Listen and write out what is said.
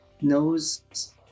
knows